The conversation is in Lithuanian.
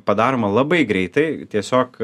padaroma labai greitai tiesiog